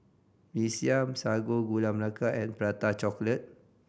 Mee Siam Sago Gula Melaka and Prata Chocolate